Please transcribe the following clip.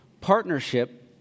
partnership